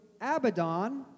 Abaddon